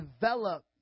develop